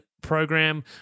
Program